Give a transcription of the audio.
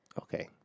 Okay